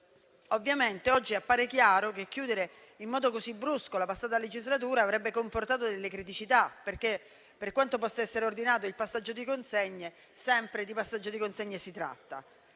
situazione. Oggi appare chiaro che chiudere in modo così brusco la passata legislatura avrebbe comportato talune criticità, perché, per quanto possa essere ordinato il passaggio di consegne, sempre di passaggio di consegne si tratta.